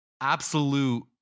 absolute